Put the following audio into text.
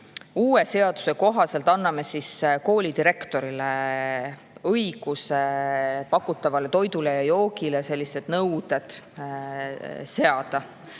Uue seaduse kohaselt me anname koolidirektoritele õiguse pakutavale toidule ja joogile sellised nõuded seada.